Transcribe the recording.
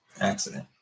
accident